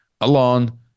alone